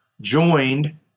joined